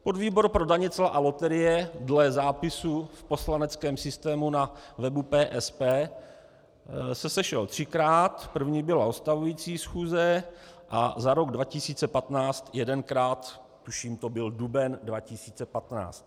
Podvýbor pro daně, cla a loterie dle zápisu v poslaneckém systému na webu PSP se sešel třikrát, první byla ustavující schůze, a za rok 2015 jedenkrát, tuším, to byl duben 2015.